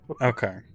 Okay